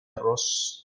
arroz